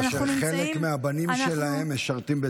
כאשר חלק מהבנים שלהם משרתים בצה"ל.